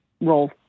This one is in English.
roll